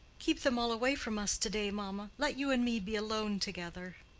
keep them all away from us to-day, mamma. let you and me be alone together.